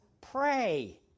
Pray